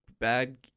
bad